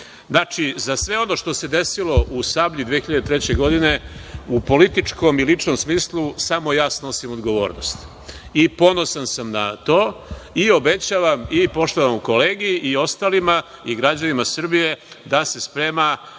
veze. Znači, za sve ono što se desilo u „Sablji“ 2003. godine u političkom i ličnom smislu, samo ja snosim odgovornost, i ponosan sam na to, i obećavam i poštovanom kolegi i ostalima i građanima Srbije da se sprema